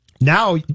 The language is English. now